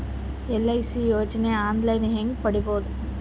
LIC ಯೋಜನೆ online ಹೇಂಗ ಪಡಿಬಹುದು?